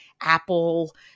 Apple